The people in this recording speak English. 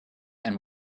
and